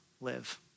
live